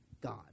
God